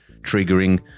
triggering